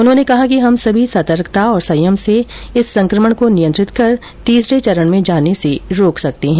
उन्होंने कहा कि हम सभी सतर्कता और संयम से इस संकमण को नियंत्रित कर तीसरे चरण में जाने से रोक सकते है